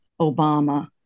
Obama